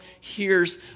hears